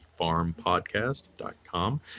farmpodcast.com